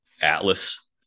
atlas